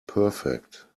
perfect